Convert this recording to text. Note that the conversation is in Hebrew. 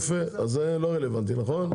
יפה, אז זה לא רלוונטי נכון?